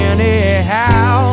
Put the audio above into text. Anyhow